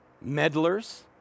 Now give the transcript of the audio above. meddlers